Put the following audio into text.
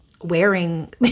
wearing